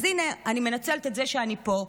אז הינה, אני מנצלת את זה שאני פה.